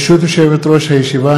ברשות יושבת-ראש הישיבה,